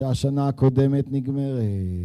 והשנה הקודמת נגמרת